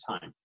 time